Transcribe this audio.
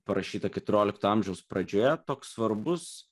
parašyta keturiolikto amžiaus pradžioje toks svarbus